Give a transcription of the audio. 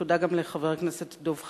תודה גם לחבר הכנסת דב חנין.